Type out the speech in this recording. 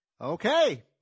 Okay